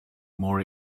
more